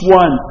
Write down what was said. one